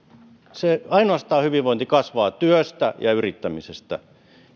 hyvinvointi kasvaa ainoastaan työstä ja yrittämisestä